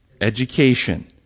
Education